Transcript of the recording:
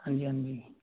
ਹਾਂਜੀ ਹਾਂਜੀ